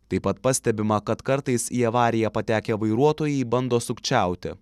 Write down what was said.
taip pat pastebima kad kartais į avariją patekę vairuotojai bando sukčiauti